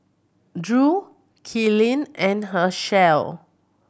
Drew Kylene and Hershell